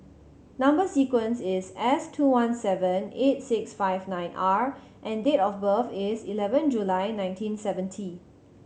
number sequence is S two one seven eight six five nine R and date of birth is eleven July nineteen seventy